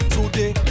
Today